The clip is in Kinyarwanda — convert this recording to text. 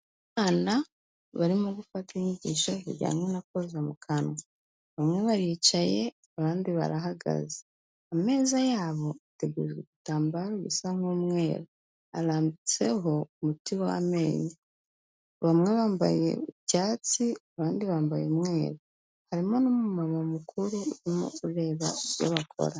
Abana barimo gufata inyigisho zijyanye no koza mu kanwa. Bamwe baricaye abandi barahagaze. Ameza yabo ategujwe ibitambaro bisa nk'umweru; arambitseho umuti w'amenyo. Bamwe bambaye icyatsi, abandi bambaye umweru. Harimo n'umu mama mukuru urimo ureba ibyo bakora.